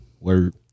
word